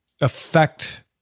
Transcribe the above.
affect